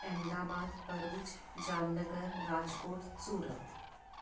Ahmedabad Bharuch Jamnagar Rajkot Surat